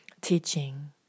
teaching